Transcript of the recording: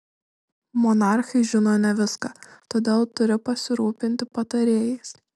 monarchai žino ne viską todėl turi pasirūpinti patarėjais